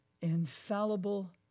infallible